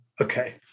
Okay